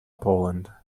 poland